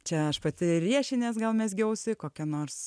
čia aš pati riešines gal mezgiau su kokia nors